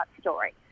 story